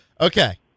Okay